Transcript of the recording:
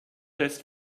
lässt